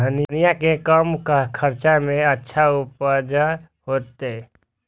धनिया के कम खर्चा में अच्छा उपज होते?